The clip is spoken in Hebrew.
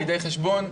בחשבון.